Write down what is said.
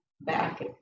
back